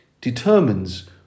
determines